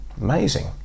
amazing